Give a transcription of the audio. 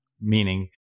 meaning